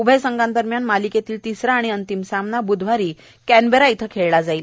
उभय संघा दरम्यान मालिकेतील तिसरा आणि अंतिम सामना ब्धवारी कानबेरा इथे खेळला जाणार आहे